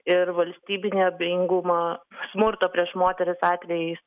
ir valstybinį abejingumą smurto prieš moteris atvejais